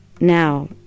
Now